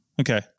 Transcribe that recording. Okay